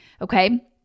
okay